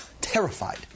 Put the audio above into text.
Terrified